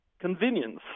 convenience